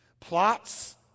Plots